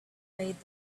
laid